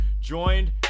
joined